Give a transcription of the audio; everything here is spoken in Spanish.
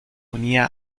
unía